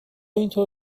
اینطور